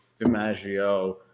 DiMaggio